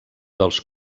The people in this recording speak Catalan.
dels